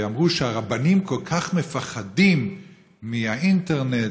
ואמרו שהרבנים כל כך מפחדים מהאינטרנט